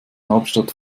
hauptstadt